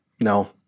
No